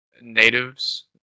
natives